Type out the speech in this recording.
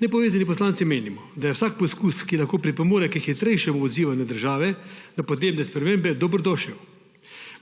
Nepovezani poslanci menimo, da je vsak poskus, ki lahko pripomore k hitrejšemu odzivanju države na podnebne spremembe, dobrodošel.